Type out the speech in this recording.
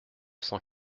cent